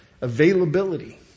Availability